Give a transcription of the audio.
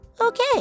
Okay